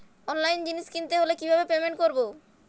অনলাইনে জিনিস কিনতে হলে কিভাবে পেমেন্ট করবো?